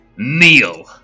Kneel